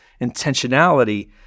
intentionality